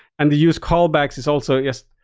and the use callbacks is also i guess,